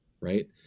Right